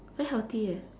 very healthy eh